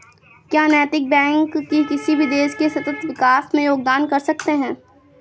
क्या नैतिक बैंक किसी भी देश के सतत विकास में योगदान कर सकते हैं?